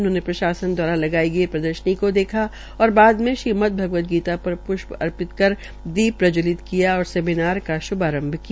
उन्होंने प्रशासन द्वारा लगाई गई प्रदर्शनी को देखा और बाद मे श्रीमद भगवद गीता पर प्ष्प अर्पित कर दीप प्रज्जवलित किया और सेमीनार का श्भारंभ किया